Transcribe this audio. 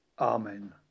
Amen